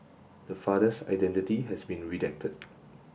the father's identity has been redacted